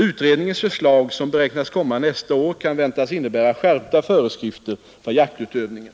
Utredningens förslag, som beräknas komma nästa år, kan väntas innebära skärpta föreskrifter för jaktutövningen.